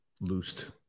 Loosed